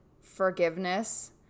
forgiveness